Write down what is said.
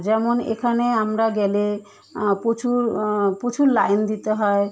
যেমন এখানে আমরা গেলে প্রচুর প্রচুর লাইন দিতে হয়